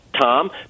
Tom